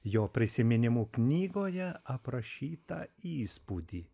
jo prisiminimų knygoje aprašytą įspūdį